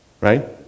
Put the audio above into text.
Right